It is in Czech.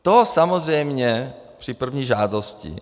To samozřejmě při první žádosti.